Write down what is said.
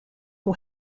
who